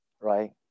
right